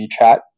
WeChat